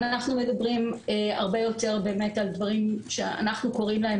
אנחנו מדברים הרבה יותר על דברים שאנחנו קוראים להם